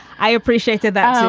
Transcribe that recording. i appreciated that.